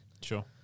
Sure